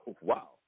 wow